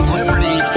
liberty